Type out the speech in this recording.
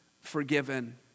forgiven